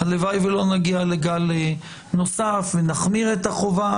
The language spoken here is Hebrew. הלוואי ולא נגיע לגל נוסף ונחמיר את החובה,